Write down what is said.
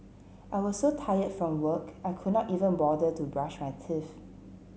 I was so tired from work I could not even bother to brush my teeth